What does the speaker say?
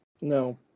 No